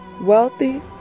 wealthy